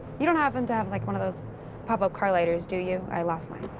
you don't happen to have, like, one of those pop-up car lighters, do you? i lost mine.